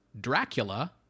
Dracula